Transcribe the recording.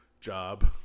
job